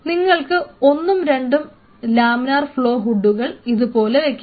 നിങ്ങൾക്ക് ഒന്നും രണ്ടും ലാമിനാർ ഫ്ലോ ഹുഡുകൾ ഇതുപോലെ വെക്കാം